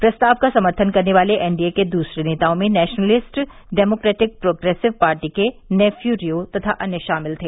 प्रस्ताव का समर्थन करने वाले एनडीए के दूसरे नेताओं में नेशनलिस्ट डेमोकेट्रिक प्रोग्रेसिव पार्टी के नेफ्यू रियो तथा अन्य शामिल रहे